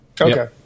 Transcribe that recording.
Okay